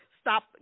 stop